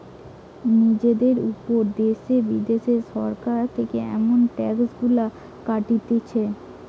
জিনিসের উপর দ্যাশে বিদ্যাশে সরকার থেকে এসব ট্যাক্স গুলা কাটতিছে